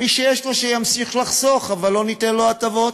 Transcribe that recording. מי שיש לו, שימשיך לחסוך, אבל לא ניתן לו הטבות.